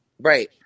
Right